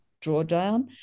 Drawdown